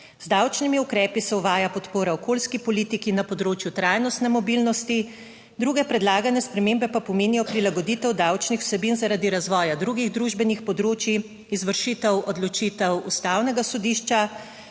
Z davčnimi ukrepi se uvaja podpora okoljski politiki na področju trajnostne mobilnosti, druge predlagane spremembe pa pomenijo prilagoditev davčnih vsebin zaradi razvoja drugih družbenih področij, izvršitev odločitev ustavnega sodišča,